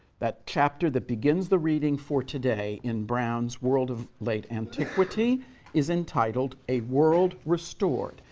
that chapter that begins the reading for today in brown's world of late antiquity is entitled, a world restored.